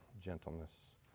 gentleness